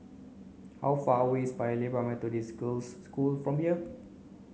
how far away is Paya Lebar Methodist Girls' School from here